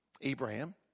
Abraham